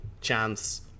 chance